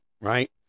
right